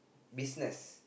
business